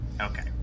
okay